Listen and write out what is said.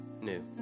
new